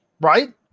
right